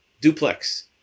duplex